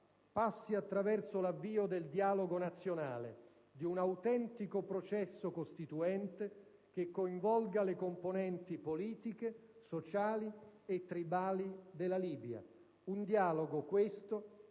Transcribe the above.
passi attraverso l'avvio del dialogo nazionale, di un autentico processo costituente che coinvolga le componenti politiche, sociali e tribali della Libia. Un dialogo, questo,